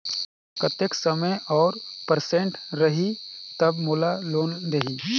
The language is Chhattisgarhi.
कतेक समय और परसेंट रही तब मोला लोन देही?